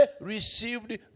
received